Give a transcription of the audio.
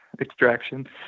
extraction